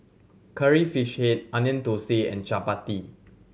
Curry Fish Head Onion Thosai and chappati